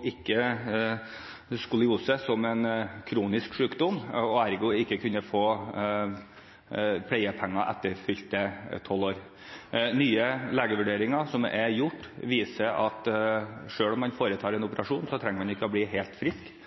ikke anså skoliose som en kronisk sykdom, og ergo kunne man ikke få pleiepenger etter fylte 12 år. Nye legevurderinger som er gjort, viser at selv om man foretar en operasjon, trenger man ikke bli helt frisk.